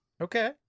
Okay